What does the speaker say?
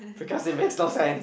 because it makes no sense